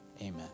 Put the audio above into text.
amen